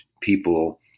people